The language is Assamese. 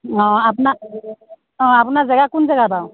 অ' আপোনাৰ অ' আপোনাৰ জেগা কোন জেগা বাৰু